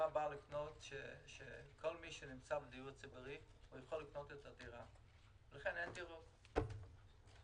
שכל מי שנמצא בדיור הציבורי יכול לקנות את הדירה ולכן אין מלאי דירות.